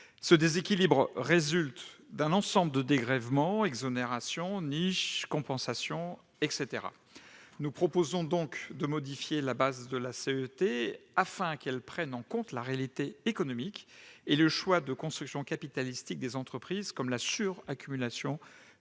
Ce déséquilibre résulte d'un ensemble de dégrèvements, exonérations, niches, compensations en faveur des entreprises. Nous proposons donc de modifier la base de la CET afin qu'elle prenne en compte la réalité économique et les choix de construction capitalistique des entreprises, comme la suraccumulation du capital